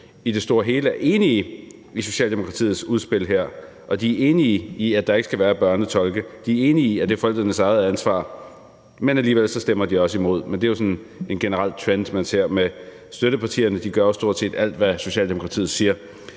i det store og hele er enige i Socialdemokratiets udspil, og de er enige i, at der ikke skal være børnetolke, og de er enige i, at det er forældrenes eget ansvar, men alligevel stemmer de også imod. Men det er sådan en generel trend, man ser, hvor støttepartierne jo stort set gør alt, hvad Socialdemokratiet siger.